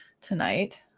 tonight